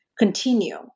Continue